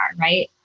right